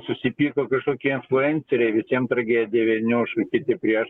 susipyko kažkokie influenseriai visiem tragedija vieni už kiti prieš